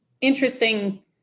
Interesting